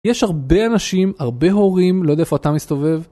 יש הרבה אנשים, הרבה הורים, לא יודע איפה אתה מסתובב.